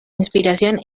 inspiración